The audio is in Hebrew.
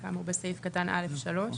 כאמור בסעיף קטן (א) (3),